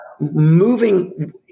moving